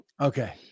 Okay